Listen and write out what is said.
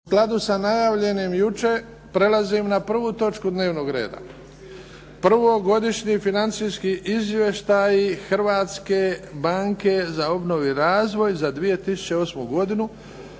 U skladu sa najavljenim jučer, prelazim na prvu točku dnevnog reda, prvo - Godišnji financijski izvještaj HBOR-a za 2008. godinu